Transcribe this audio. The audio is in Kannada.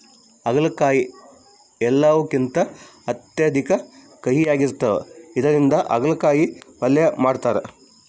ಆಗಲಕಾಯಿ ಎಲ್ಲವುಕಿಂತ ಅತ್ಯಧಿಕ ಕಹಿಯಾಗಿರ್ತದ ಇದರಿಂದ ಅಗಲಕಾಯಿ ಪಲ್ಯ ಮಾಡತಾರ